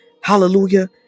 Hallelujah